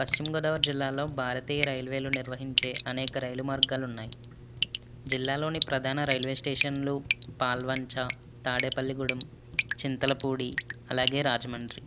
పశ్చిమగోదావరి జిల్లాలో భారతీయ రైల్వేలు నిర్వహించే అనేక రైలు మార్గాలు ఉన్నాయి జిల్లాలోని ప్రధాన రైల్వే స్టేషన్లో పాల్వంచ తాడేపల్లిగూడెం చింతలపూడి అలాగే రాజమండ్రి